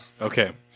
Okay